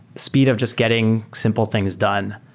speed of just getting simple things done,